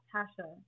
Tasha